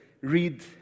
read